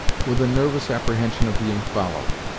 with a nervous apprehension of being followed.